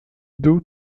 due